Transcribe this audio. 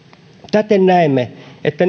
täten näemme että